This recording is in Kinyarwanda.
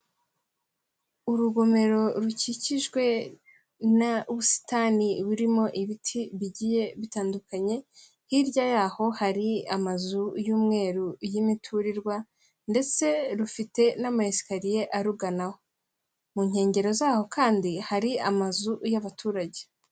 Urugomero rukikijwe n'ubusitani burimo ibiti bigiye bitandukanye, hirya yaho hari amazu y'umweru y'imiturirwa ndetse rufite n'amayesikariye aruganaho, mu nkengero zaho kandi hari amazu y'abaturage.